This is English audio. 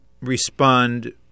respond